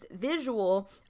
visual